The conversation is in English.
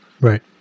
Right